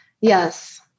Yes